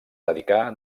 dedicà